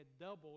doubled